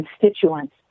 constituents